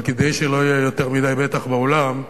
אבל כדי שלא יהיה יותר מדי מתח באולם,